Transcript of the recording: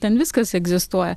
ten viskas egzistuoja